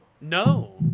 No